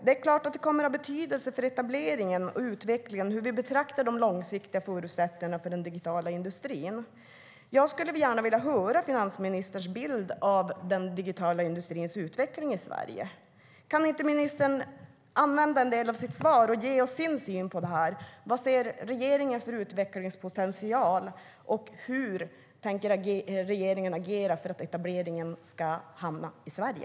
Det är klart att det kommer att ha betydelse för etableringen och utvecklingen hur vi betraktar de långsiktiga förutsättningarna för den digitala industrin. Jag skulle gärna vilja höra vilken bild finansministern har av den digitala industrins utveckling i Sverige. Kan inte ministern använda en del av sitt inlägg till att ge oss sin syn på detta: Vilken utvecklingspotential ser regeringen? Hur tänker regeringen agera för att etableringen ska hamna i Sverige?